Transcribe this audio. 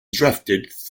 drafted